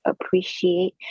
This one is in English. appreciate